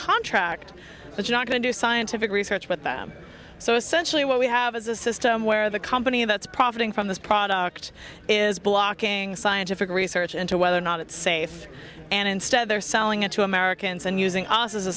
contract that's not going to do scientific research but them so essentially what we have is a system where the company that's profiting from this product is blocking scientific research into whether or not it's safe and instead they're selling it to americans and using us as a